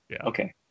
okay